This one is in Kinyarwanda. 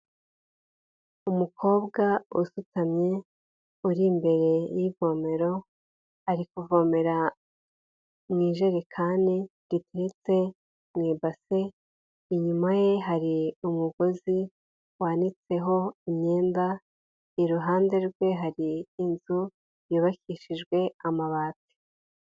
Umukobwa usutamye uri imbere y'ivomero ari kuvomera mu ijerekani iteretse mu ibase, inyuma ye hari umugozi wanitseho imyenda, iruhande rwe hari inzu yubakishijwe amabati.